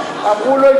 אמרו לו,